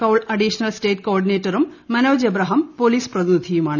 കൌൾ additional state കോ ഓർഡിനേറ്ററും Manoj Abraham police പ്രത്യിനീയിയുമാണ്